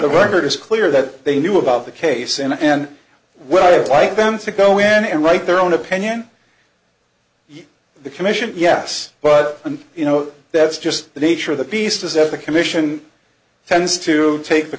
the record is clear that they knew about the case in the end well like them to go in and write their own opinion the commission yes but you know that's just the nature of the beast is that the commission tends to take the